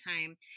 time